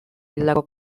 hildako